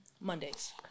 Mondays